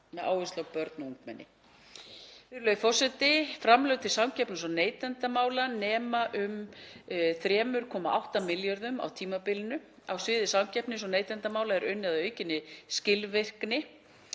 með áherslu á börn og ungmenni. Virðulegur forseti. Framlög til samkeppnis- og neytendamála nema um 3,8 milljörðum á tímabilinu. Á sviði samkeppnis- og neytendamála er unnið að aukinni skilvirkni